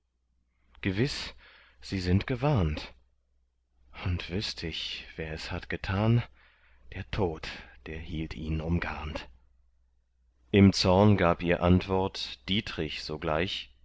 gewiß sie sind gewarnt und wüßt ich wer es hat getan der tod der hielt ihn umgarnt im zorn gab ihr antwort dietrich sogleich